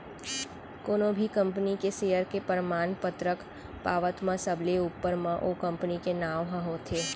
कोनो भी कंपनी के सेयर के परमान पतरक पावत म सबले ऊपर म ओ कंपनी के नांव ह होथे